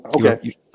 okay